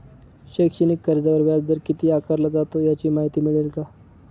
शैक्षणिक कर्जावर व्याजदर किती आकारला जातो? याची माहिती मिळेल का?